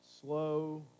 slow